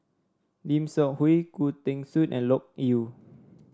Lim Seok Hui Khoo Teng Soon and Loke Yew